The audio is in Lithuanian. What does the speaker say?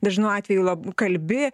dažnu atveju lab kalbi